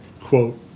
quote